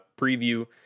preview